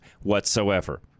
whatsoever